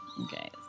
Okay